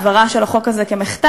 העברה של החוק הזה כמחטף,